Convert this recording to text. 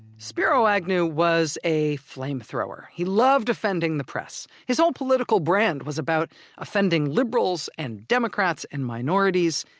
spiro agnew was a flamethrower. he loved offending the press. his whole political brand was about offending liberals and democrats and minorities.